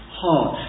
heart